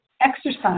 exercise